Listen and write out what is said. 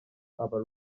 aba